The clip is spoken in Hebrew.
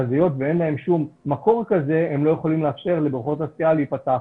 היות ואין להם שום מקור כזה הם לא יכולים לאפשר לבריכות השחייה להיפתח.